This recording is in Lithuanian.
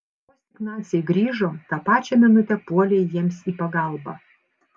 vos tik naciai grįžo tą pačią minutę puolei jiems į pagalbą